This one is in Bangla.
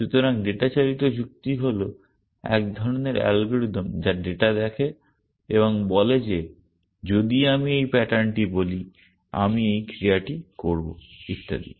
সুতরাং ডেটা চালিত যুক্তি হল এক ধরণের অ্যালগরিদম যা ডেটা দেখে এবং বলে যে যদি আমি এই প্যাটার্নটি বলি আমি এই ক্রিয়াটি করব ইত্যাদি